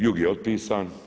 Jug je otpisan.